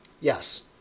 Yes